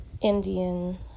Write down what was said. Indian